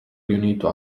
riunito